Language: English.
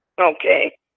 Okay